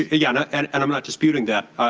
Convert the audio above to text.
ah yeah and and and i'm not disputing that.